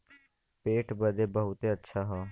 पेट बदे बहुते अच्छा हौ